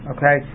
Okay